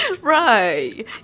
Right